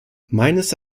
meines